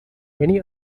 many